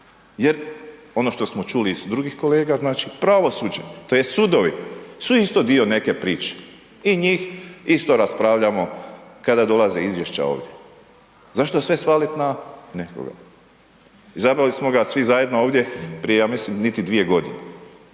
jer ono što smo čuli iz drugih kolega, znači, pravosuđe tj., sudovi su isto dio neke priče, i njih isto raspravljamo kada dolaze izvješća ovdje. Zašto sve svalit na nekoga? Izabrali smo ga svi zajedno ovdje prije ja mislim niti 2 godine,